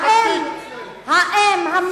בכלל אין לה זכות קיום.